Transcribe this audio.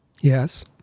Yes